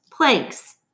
Planks